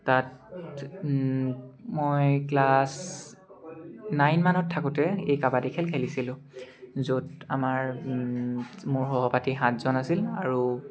তাত মই ক্লাছ নাইনমানত থাকোঁতে এই কাবাডী খেল খেলিছিলোঁ য'ত আমাৰ মোৰ সহপাঠী সাতজন আছিল আৰু